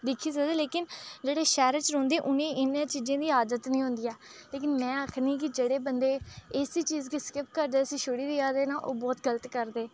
दिक्खी सकदे लेकिन जेह्ड़े शैह्रे च रौंह्दे उ'नें एह् चीज़ें गी आदत नी होंदी ऐ लेकिन में आक्खनी कि जेह्ड़े बंदे इस चीज़ गी स्किप करदे इसी छुड़ी देयै दे न ओह् बोह्त गलत करदे